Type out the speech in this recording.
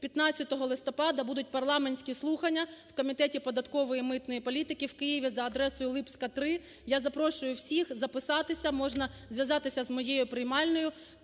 15 листопада будуть парламентські слухання в Комітеті податкової і митної політики в Києві за адресою: Липська, 3. Я запрошую всіх записатися, можна зв'язатися з моєю приймальною,